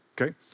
Okay